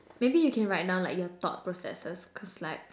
maybe you can write down like your thought processes cause like